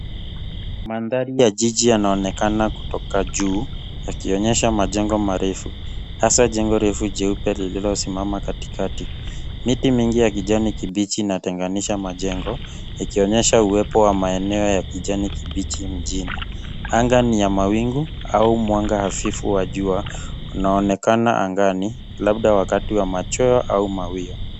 Mandhari ya jiji yanaonekana kutoka juu yakionyesha majengo marefu hasa jengo refu jeupe liliosimama katikati. Miti mingi ya kijani kibichi inatenganisha majengo, ikionyesha uwepo wa maeneo ya kijani kibichi mjini. Anga ni ya mawingu au mwanga hafifu wa jua unaonekana angani. Labda wakati wa machweo au mawio.